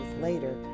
later